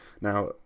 Now